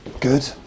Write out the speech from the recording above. Good